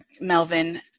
Melvin